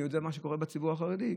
אני יודע מה שקורה בציבור החרדי.